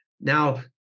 Now